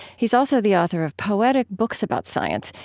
he's also the author of poetic books about science,